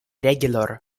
regular